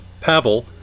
Pavel